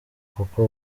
kuko